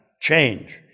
change